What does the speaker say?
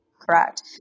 correct